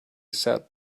said